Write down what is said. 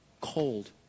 cold